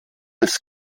des